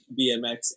BMX